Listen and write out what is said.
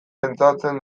pentsatzen